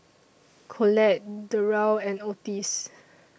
Colette Derl and Otis